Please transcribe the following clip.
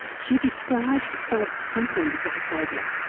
she describes some of the symptoms of a phobia,